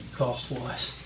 cost-wise